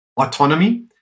autonomy